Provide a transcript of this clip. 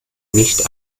nicht